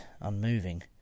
unmoving